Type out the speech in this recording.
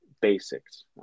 basics